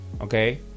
Okay